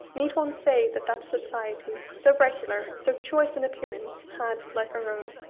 need one say that that society, so regular, so choice in appearance, had, like our own,